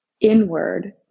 inward